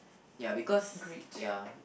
ya because ya